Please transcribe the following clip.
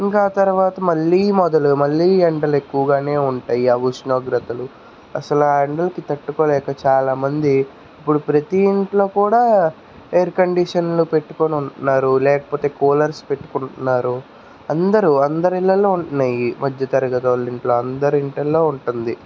ఇంకా తర్వాత మళ్ళీ మొదలు మళ్ళీ ఎండలు ఎక్కువుగానే ఉంటాయి ఆ ఉష్ణోగ్రతలు అసలా ఎండలకి తట్టుకోలేక చాలా మంది ఇప్పుడు ప్రతి ఇంట్లో కూడా ఎయిర్ కండీషన్లు పెట్టుకొని ఉంటున్నారు లేకపోతే కూలర్స్ పెట్టుకుంటున్నారు అందరూ అందరి ఇళ్లల్లో ఉంటున్నాయి మధ్యతరగతి వాళ్ళ ఇంట్లో అందరి ఇంటల్లో ఉంటుంది